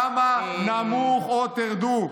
כמה נמוך עוד תרדו?